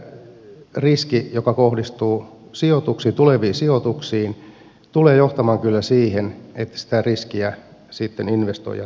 tämä riski joka kohdistuu tuleviin sijoituksiin tulee johtamaan kyllä siihen että sitä riskiä sitten investoijat eivät ota